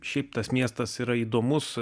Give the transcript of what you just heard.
šiaip tas miestas yra įdomus